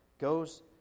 goes